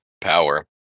power